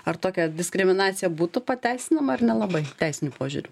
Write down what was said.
ar tokia diskriminacija būtų pateisinama ar nelabai teisiniu požiūriu